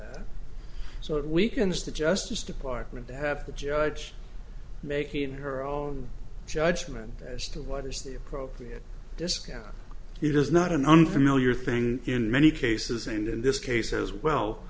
that so it weakens the justice department to have the judge making her own judgment as to what is the appropriate discount it is not an unfamiliar thing in many cases and in this case as well